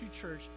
church